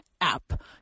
app